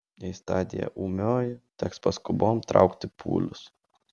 jei stadija ūmioji teks paskubom traukti pūlius